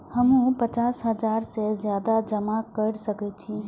हमू पचास हजार से ज्यादा जमा कर सके छी?